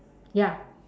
ya